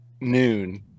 noon